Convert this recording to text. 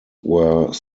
were